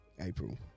April